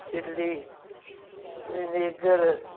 chilly vinegar